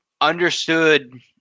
understood